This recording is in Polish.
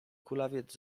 kulawiec